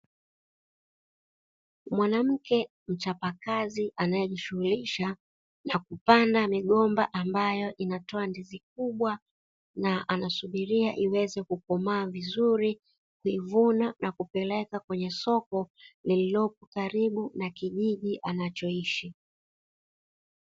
Mwanamke mchapakazi anayejishughulisha na kupanda migomba ambayo inatoa ndizi kubwa na anasubiria iweze kukomaa vizuri, kuivuna na kupeleka kwenye soko lililopo karibu na kijiji anachoishi.